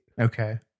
Okay